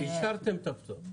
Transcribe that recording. אישרתם את הפטור.